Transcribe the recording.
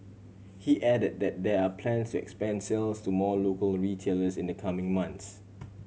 he added that there are plans to expand sales to more local retailers in the coming months